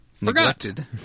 neglected